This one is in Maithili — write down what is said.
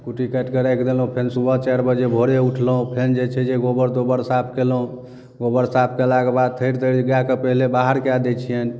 कुट्टी काटिकऽ राखि देलहुँ फेन सुबह चारि बजे भोरे उठलहुँ फेन जे छै जे गोबर तोबर साफ कयलहुँ गोबर साफ कयलाके बाद थैर तैर गायके पहिले बाहर कए दै छियनि